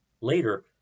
Later